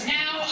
now